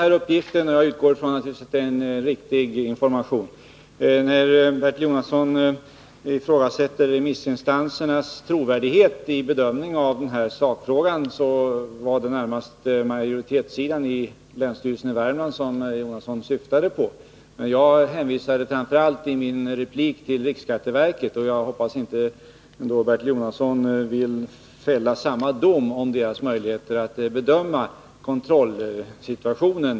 riktig information. När Bertil Jonasson ifrå gasätter remissinstansernas trovärdighet vid bedömningen av sakfrågan är det närmast majoritetssidan i länsstyrelsen i Värmland som han syftar på. Men jag hänvisade i min replik framför allt till riksskatteverket, och jag hoppas att Bertil Jonasson inte vill fälla samma dom om dess möjligheter att bedöma kontrollsidan.